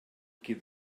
qui